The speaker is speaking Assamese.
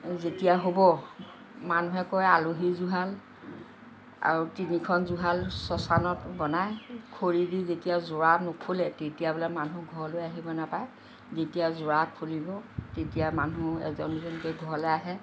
যেতিয়া হ'ব মানুহে কয় আলহী জুহাল আৰু তিনিখন জুহাল শশানত বনাই খৰি দি যেতিয়া জোৰা নুখুলে তেতিয়া বোলে মানুহ ঘৰলৈ আহিব নেপায় যেতিয়া জোৰা খুলিব তেতিয়া মানুহ এজন এজনকৈ ঘৰলৈ আহে